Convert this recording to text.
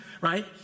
right